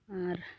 ᱟᱨ